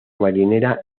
marinera